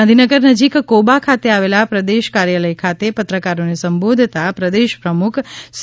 ગાંધીનગર નજીક કોબા ખાતે આવેલા પ્રદેશ કાર્યાલય ખાતે પત્રકારોને સંબોધતા પ્રદેશ પ્રમુખ સી